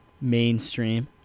mainstream